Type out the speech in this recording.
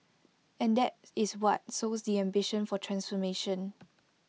and that is what sows the ambition for transformation